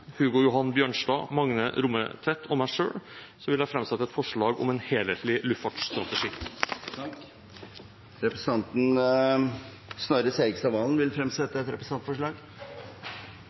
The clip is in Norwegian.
Hugo Johan Bjørnstad, Magne Rommetveit og meg selv vil jeg framsette et forslag om en helhetlig luftfartsstrategi. Representanten Snorre Serigstad Valen vil fremsette et representantforslag.